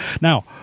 Now